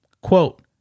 Quote